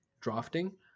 drafting